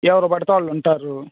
ఎవరుబడితే వాళ్ళుంటారు